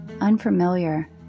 unfamiliar